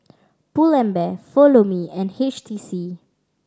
Pull and Bear Follow Me and H T C